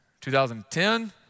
2010